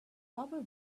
rubber